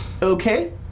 Okay